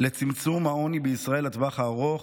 לצמצום העוני בישראל לטווח הארוך,